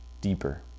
deeper